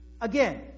again